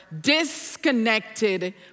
disconnected